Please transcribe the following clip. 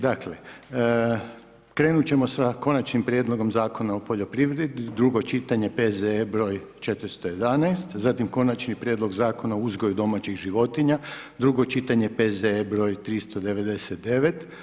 Dakle, krenut ćemo sa Konačnim prijedlog Zakona o poljoprivredi, drugo čitanje, P.Z.E br. 411, zatim Konačni prijedlog Zakona o uzgoju domaćih životinja, drugo čitanje, P.Z.E. br. 399.